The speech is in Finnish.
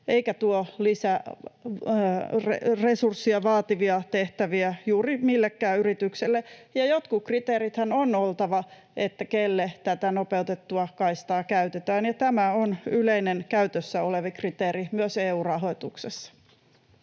eikä tuo lisäresursseja vaativia tehtäviä juuri millekään yritykselle, ja jotkut kriteerithän on oltava, että kenelle tätä nopeutettua kaistaa käytetään, ja tämä on yleinen käytössä oleva kriteeri myös EU-rahoituksessa.